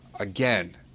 again